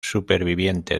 superviviente